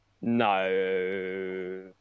No